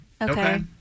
Okay